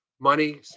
money